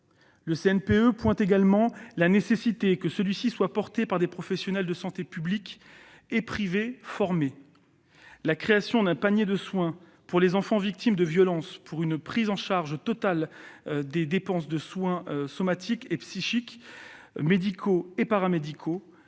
Le CNPE pointe également la nécessité que ce parcours soit porté par des professionnels de santé publics et privés formés. La création d'un panier de soins pour les enfants victimes de violence pour une prise en charge totale des dépenses de soins somatiques et psychiques, médicaux et paramédicaux,